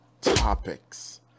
topics